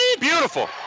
Beautiful